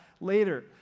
later